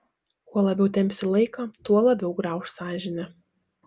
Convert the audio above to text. kuo labiau tempsi laiką tuo labiau grauš sąžinė